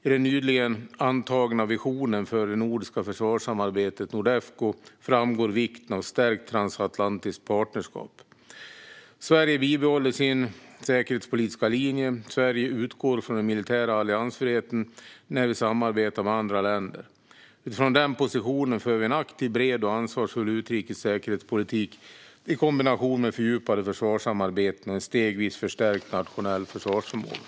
I den nyligen antagna visionen för det nordiska försvarssamarbetet, Nordefco, framgår vikten av ett stärkt transatlantiskt partnerskap. Sverige bibehåller sin säkerhetspolitiska linje. Sverige utgår från den militära alliansfriheten när vi samarbetar med andra länder. Utifrån den positionen för vi en aktiv, bred och ansvarsfull utrikes och säkerhetspolitik i kombination med fördjupade försvarssamarbeten och en stegvis förstärkt nationell försvarsförmåga.